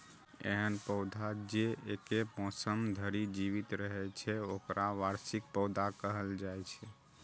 एहन पौधा जे एके मौसम धरि जीवित रहै छै, ओकरा वार्षिक पौधा कहल जाइ छै